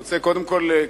אני רוצה קודם כול,